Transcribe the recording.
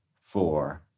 four